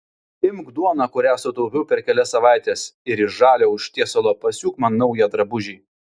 imk duoną kurią sutaupiau per kelias savaites ir iš žalio užtiesalo pasiūk man naują drabužį